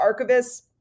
archivists